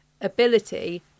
ability